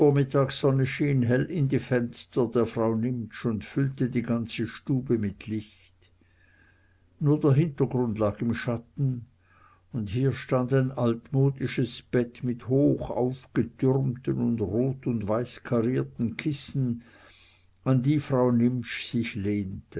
vormittagssonne schien hell in die fenster der frau nimptsch und füllte die ganze stube mit licht nur der hintergrund lag im schatten und hier stand ein altmodisches bett mit hoch aufgetürmten und rot und weiß karierten kissen an die frau nimptsch sich lehnte